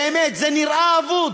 באמת, זה נראה אבוד,